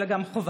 אלא גם חובה.